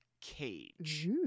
cage